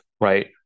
right